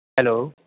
hello